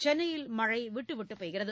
சென்னையில் மழை விட்டு விட்டு பெய்து வருகிறது